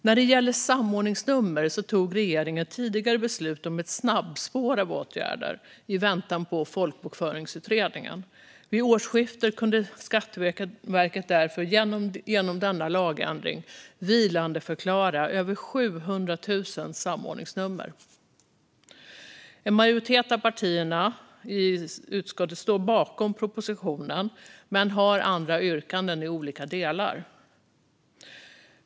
När det gäller samordningsnummer tog regeringen i väntan på folkbokföringsutredningen beslut om ett snabbspår av åtgärder. Vid årsskiftet kunde Skatteverket genom denna lagändring vilandeförklara över 700 000 samordningsnummer. En majoritet av partierna i utskottet står bakom propositionen men har andra yrkanden i olika delar.